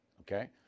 Okay